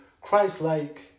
Christ-like